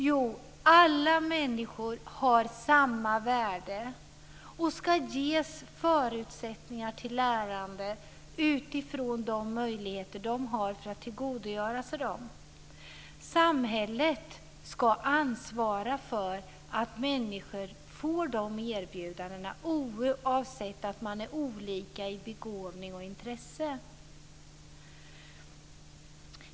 Jo, att alla människor har samma värde och ska ges förutsättningar till lärande utifrån de möjligheter de har att tillgodogöra sig det. Samhället ska ansvara för att människor får dessa erbjudanden, oavsett olika begåvning och intresse.